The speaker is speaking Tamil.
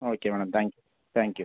okay madam thank thank you